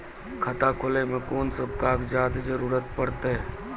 खाता खोलै मे कून सब कागजात जरूरत परतै?